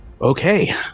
Okay